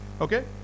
Okay